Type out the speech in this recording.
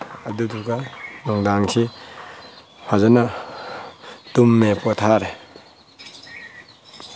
ꯑꯗꯨꯗꯨꯒ ꯅꯨꯡꯗꯥꯡꯁꯤ ꯐꯖꯅ ꯇꯨꯝꯃꯦ ꯄꯣꯊꯥꯔꯦ